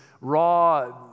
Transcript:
raw